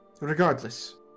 Regardless